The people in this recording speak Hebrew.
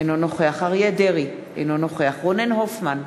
אינו נוכח אריה דרעי, אינו נוכח רונן הופמן,